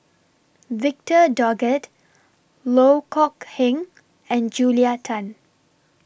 Victor Doggett Loh Kok Heng and Julia Tan